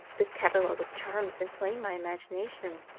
this catalogue of charms inflamed my imagination,